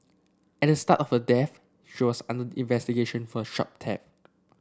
at the start of her death she was under investigation for shop